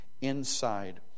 inside